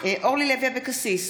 אורלי לוי אבקסיס,